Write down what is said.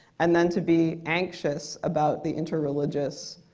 and then to be anxious about the interreligious